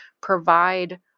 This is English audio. provide